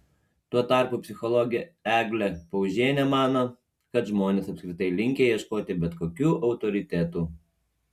tuo tarpu psichologė eglė paužienė mano kad žmonės apskritai linkę ieškoti bet kokių autoritetų